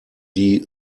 die